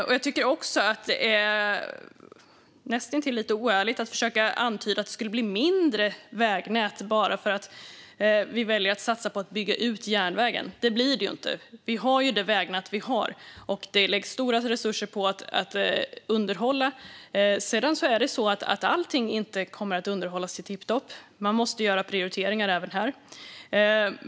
Det är också näst intill lite oärligt att antyda att vägnätet skulle bli mindre bara för att vi väljer att satsa på att bygga ut järnvägen. Det blir det ju inte. Vi har det vägnät vi har, och det läggs stora resurser på att underhålla det. Sedan kommer inte allting att underhållas till ett skick som är tipptopp. Man måste göra prioriteringar även här.